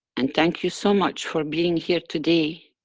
and thank you so much for being here today